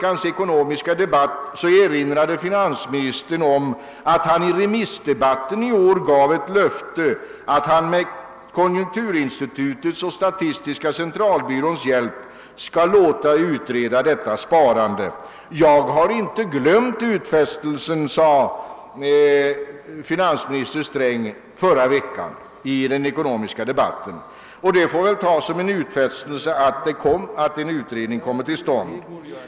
kans ekonomiska debatt erinrade finansministern om att han i remissdebatten lovade att han med konjunkturinstitutets och statistiska centralbyråns hjälp skulle låta utreda detta sparande. >Jag har inte glömt utfästelsen>, förklarade finansminister Sträng. Detta får väl tas som en utfästelse att utredningen kommer till stånd.